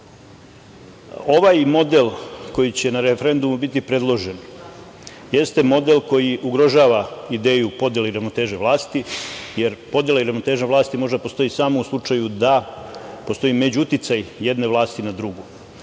model koji će na referendumu biti predložen jeste model koji ugrožava ideju podele i ravnoteže vlasti, jer podela i ravnoteža vlasti može da postoji samo u slučaju da postoji međuuticaj jedne vlasti na drugu,